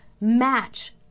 match